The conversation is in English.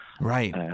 right